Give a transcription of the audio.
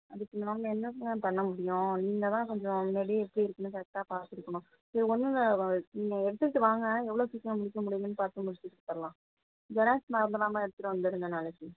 அதுக்கு நாங்கள் என்னங்க பண்ண முடியும் நீங்கள் தான் கொஞ்சம் முன்னாடியே எப்படி இருக்குதுன்னு கரெக்டாக பார்த்துருக்கணும் இது ஒன்னுமில்ல நீங்கள் எடுத்துட்டு வாங்க எவ்வளோ சீக்கிரம் முடிக்க முடியும்னு பார்த்துட்டு முடித்து கொடுத்துடலாம் ஜெராக்ஸ் மறந்துடாமல் எடுத்துட்டு வந்துவிடுங்க நாளைக்கு